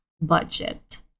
budget